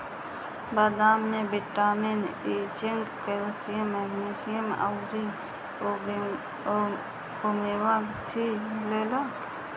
बदाम में vitamin E, zinc, calcium, magnesium अउरी ओमेगा थ्री मिलेला